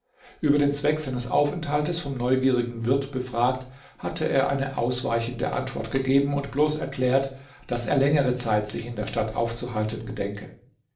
über den zweck seines aufenthaltes vom neugierigen wirt befragt hatte er eine ausweichende antwort gegeben und bloß erklärt daß er längere zeit sich in der stadt aufzuhalten gedenke